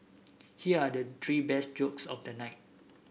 here are the three best jokes of the night